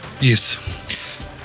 Yes